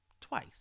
twice